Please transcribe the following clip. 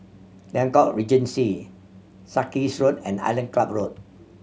Liang Court Regency Sarkies Road and Island Club Road